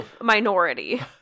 minority